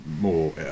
more